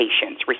patients